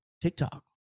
TikTok